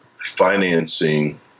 financing